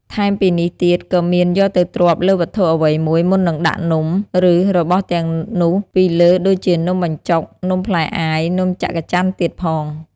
ថែមពីនេះទៀតក៏មានយកទៅទ្រាប់លើវត្ថុអ្វីមួយមុននឹងដាក់នំ ឬរបស់ទាំងនោះពីលើដូចជានំបញ្ចូក នំផ្លែអាយ នំចាក់ចាន់ទៀតផង។